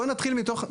בוא נתחיל מתוך,